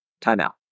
timeout